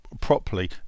properly